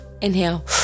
Inhale